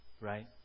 Right